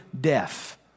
death